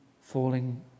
falling